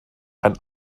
ein